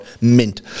mint